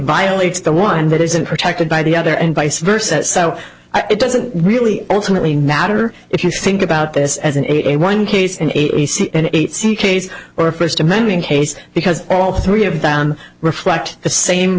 violates the one that isn't protected by the other and vice versa so i it doesn't really ultimately matter if you think about this as in a one case an a t c an eight c case or a first amendment case because all three of them reflect the same